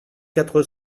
quatre